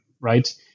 right